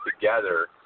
together